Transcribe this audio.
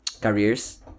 Careers